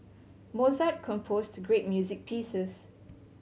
Mozart composed great music pieces